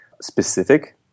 specific